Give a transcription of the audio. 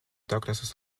douglass